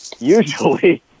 Usually